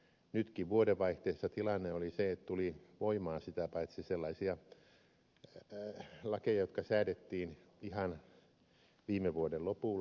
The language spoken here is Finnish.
nytkin vuodenvaihteessa tilanne oli se että tuli voimaan sellaisia lakeja jotka säädettiin ihan viime vuoden lopulla